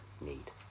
need